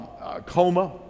coma